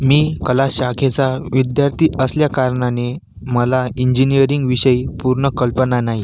मी कला शाखेचा विद्यार्थी असल्याकारणाने मला इंजिनिअरिंगविषयी पूर्ण कल्पना नाही